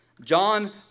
John